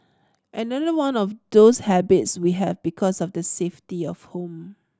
another one of those habits we have because of the safety of home